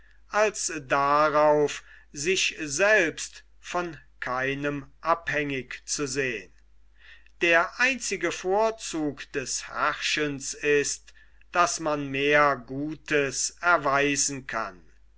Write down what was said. als darauf sich selbst von keinem abhängig zu sehn der einzige vorzug des herrschens ist daß man mehr gutes erweisen kann